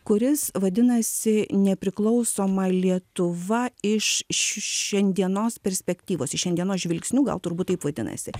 kuris vadinasi nepriklausoma lietuva iš šiandienos perspektyvos šiandienos žvilgsniu gal turbūt taip vadinasi